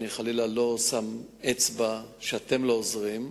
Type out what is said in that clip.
אני חלילה לא שם אצבע שאתם לא עוזרים,